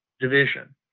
division